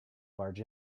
barge